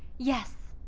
yes.